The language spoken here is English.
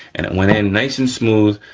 and it went in nice and smooth,